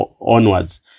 onwards